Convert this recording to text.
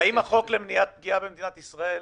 והאם החוק למניעת פגיעה במדינת ישראל